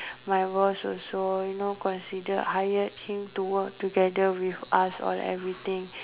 my boss also you know considered hired him to work together with us all everything